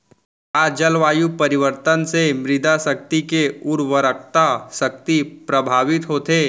का जलवायु परिवर्तन से मृदा के उर्वरकता शक्ति प्रभावित होथे?